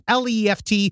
left